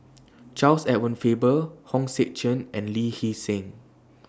Charles Edward Faber Hong Sek Chern and Lee Hee Seng